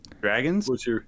Dragons